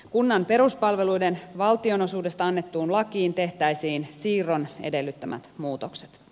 kunnan peruspalveluiden valtionosuudesta annettuun lakiin tehtäisiin siirron edellyttämät muutokset